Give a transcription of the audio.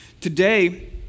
Today